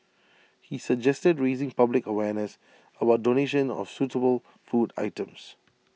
he suggested raising public awareness about donations of suitable food items